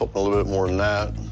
a little bit more than that.